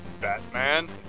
Batman